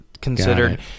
considered